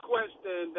question